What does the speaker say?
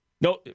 no